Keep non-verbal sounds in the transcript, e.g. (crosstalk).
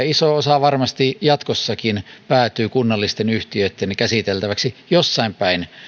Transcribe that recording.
(unintelligible) iso osa varmasti jatkossakin päätyy kunnallisten yhtiöitten käsiteltäväksi jossain päin